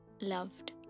loved